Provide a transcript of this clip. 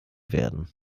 werden